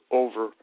over